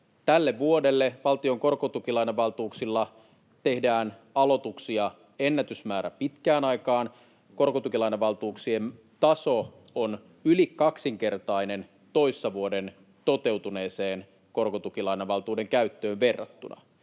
Tälle vuodelle valtion korkotukilainavaltuuksilla tehdään aloituksia ennätysmäärä pitkään aikaan. Korkotukilainavaltuuksien taso on yli kaksinkertainen toissa vuoden toteutuneeseen korkotukilainavaltuuden käyttöön verrattuna.